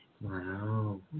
Wow